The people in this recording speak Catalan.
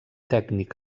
tècnic